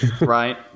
Right